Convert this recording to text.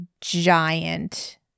giant